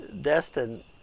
destin